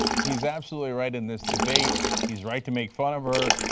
he is absolutely right in this debate, he is right to make fun of her.